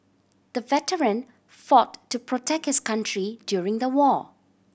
the veteran fought to protect his country during the war